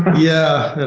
yeah,